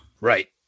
right